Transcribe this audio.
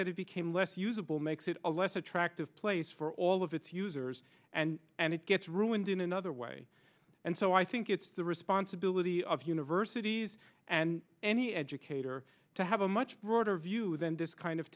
that it became less usable makes it a less attractive place for all of its users and and it gets ruined in another way and so i think it's the responsibility of universities and any educator to have a much broader view than this kind of